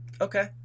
okay